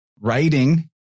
writing